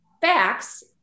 facts